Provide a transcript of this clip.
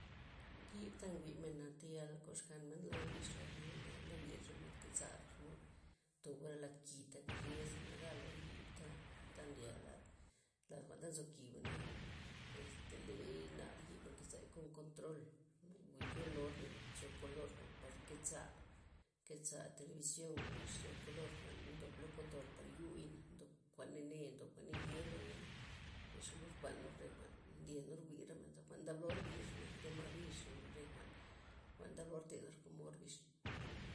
Yibta nwimena tayal koxkanmen lo orbix, gabmen na ndo wia' xomod keza'r, xomod tobora' lad ki, tak ryeza nagal lor yibtata, ta nlya lad- lad jwa'n nzo kiba'na, este lei nar yiba nkeza kon kontrol, wi yoolor lencho kolor jwa'n par keza'-keza telebiziona' xenia kolor lo kontrol par yui'na' ndob jwa'n nane', jwan'n naye' loyna, len xomod kuanor re jwa'n ndyenor wir gabmen, jwa'n ndablor wir xe nat re ma' bixa, re jwa'n- jwa'n nda blo tedor komo orbix.